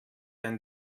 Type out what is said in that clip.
ein